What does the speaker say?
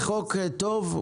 החוק טוב,